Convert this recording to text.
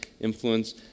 influence